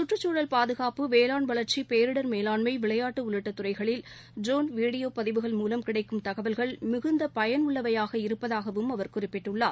சுற்றுச் சூழல் பாதுகாப்பு வேளாண் வளர்ச்சி பேரிடர் மேலாண்மை விளையாட்டு உள்ளிட்ட துறைகளில் ட்ரோன் வீடியோ பதிவுகள் மூவம் கிடைக்கும் தகவல்கள் மிகுந்த பயன் உள்ளவையாக இருப்பதாகவும் அவர் குறிப்பிட்டுள்ளார்